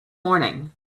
morning